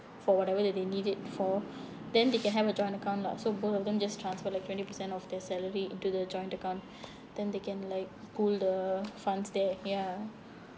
for whatever that they need it for then they can have a joint account lah so both of them just transfer like twenty percent of their salary into the joint account then they can like pool the funds there ya